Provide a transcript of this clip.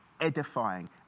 edifying